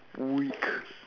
weak